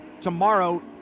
tomorrow